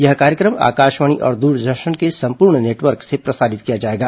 यह कार्यक्रम आकाशवाणी और दूरदर्शन के सम्पूर्ण नेटवर्क से प्रसारित किया जायेगा